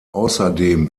außerdem